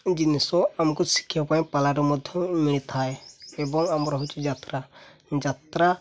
ଜିନିଷ ଆମକୁ ଶିଖିବା ପାଇଁ ପାଲରେ ମଧ୍ୟ ମିଳିଥାଏ ଏବଂ ଆମର ହେଉଛି ଯାତ୍ରା ଯାତ୍ରା